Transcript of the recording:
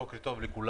בוקר טוב לכולם.